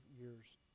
years